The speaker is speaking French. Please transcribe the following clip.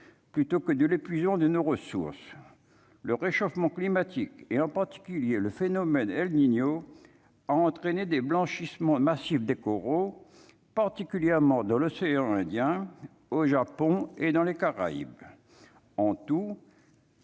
plutôt que de l'épuisement de nos ressources, le réchauffement climatique, et en particulier le phénomène El Nino, entraîné des blanchissement massif des coraux, particulièrement dans l'océan Indien au Japon et dans les Caraïbes en tout.